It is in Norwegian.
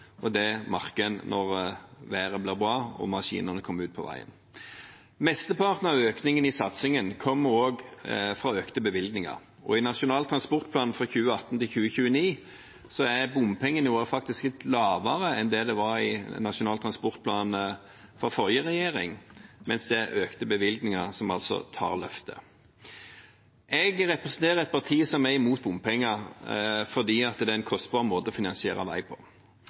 det merker en når været blir bra og maskinene kommer ut på veien. Mesteparten av økningen i satsingen kommer også fra økte bevilgninger. I Nasjonal transportplan 2018–2029 er bompengenivået faktisk lavere enn det var i den nasjonale transportplanen fra forrige regjering, mens det er økte bevilgninger som altså tar løftet. Jeg representerer et parti som er imot bompenger, fordi det er en kostbar måte å finansiere vei på.